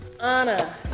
Anna